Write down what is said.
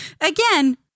again